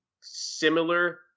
similar